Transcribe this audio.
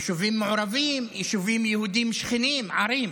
יישובים מעורבים, יישובים יהודיים שכנים, ערים,